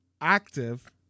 active